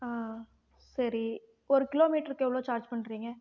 சரி ஒரு கிலோமீட்ருக்கு எவ்வளோ சார்ஜ் பண்ணுறீங்க